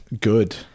Good